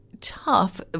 tough